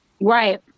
Right